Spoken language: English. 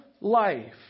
life